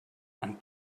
and